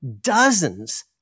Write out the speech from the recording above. dozens